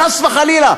חס וחלילה,